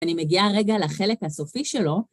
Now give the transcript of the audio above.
אני מגיעה רגע לחלק הסופי שלו.